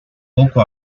poco